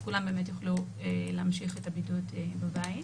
אז כולם יוכלו להמשיך את הבידוד בבית.